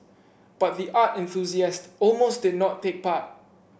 but the art enthusiast almost did not take part